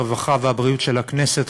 הרווחה והבריאות של הכנסת,